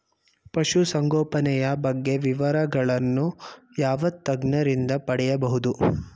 ಪಶುಸಂಗೋಪನೆಯ ಬಗ್ಗೆ ವಿವರಗಳನ್ನು ಯಾವ ತಜ್ಞರಿಂದ ಪಡೆಯಬಹುದು?